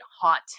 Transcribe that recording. hot